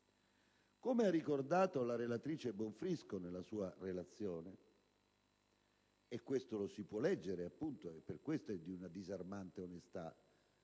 Come ha ricordato la relatrice Bonfrisco nella sua relazione (e questo lo si può leggere - per questo è di una disarmante onestà,